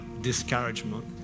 discouragement